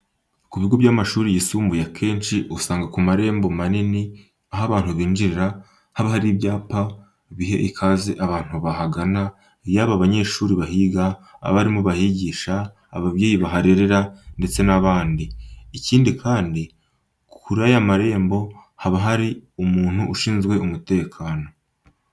Ku bigo by'amashuri yisumbuye akenshi usanga ku marembo manini, aho abantu binjirira haba hari ibyapa biha ikaze abantu bahagana yaba abanyeshuri bahiga, abarimu bahigisha, ababyeyi baharerera ndetse n'abandi. Ikindi kandi, kuri aya marembo haba hari umuntu ushinzwe umutekano.